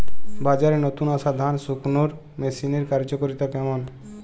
বাজারে নতুন আসা ধান শুকনোর মেশিনের কার্যকারিতা কেমন?